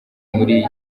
muri